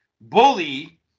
Bully